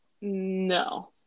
no